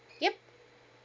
yup